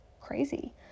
crazy